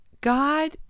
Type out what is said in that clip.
God